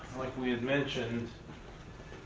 like we had mentioned